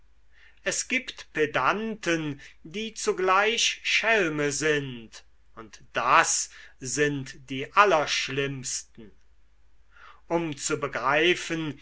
es gibt pedanten die zugleich schelme sind und das sind die allerschlimmsten um zu begreifen